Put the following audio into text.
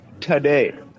today